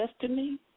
destiny